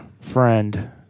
friend